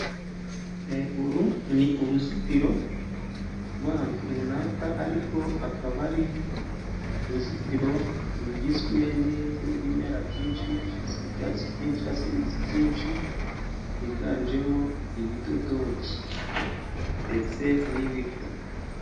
Uru ni uruzitiro rw'ahantu runaka, ariko akaba ari uruzitiro rugizwe n'ibimera byinshi, ibyatsi byinshi, ibiti byinshi byiganjemo ibidodoki, ndetse n'ibiko.